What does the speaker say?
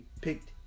picked